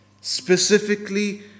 specifically